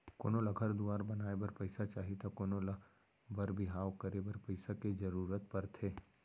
कोनो ल घर दुवार बनाए बर पइसा चाही त कोनों ल बर बिहाव करे बर पइसा के जरूरत परथे